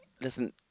listen